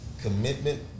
commitment